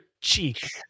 cheek